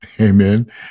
Amen